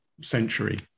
century